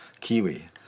kiwi